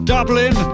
Dublin